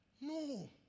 No